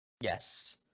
Yes